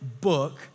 book